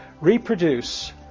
reproduce